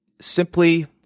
simply